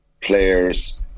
players